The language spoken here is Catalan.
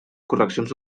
correccions